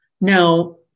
Now